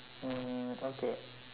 mm okay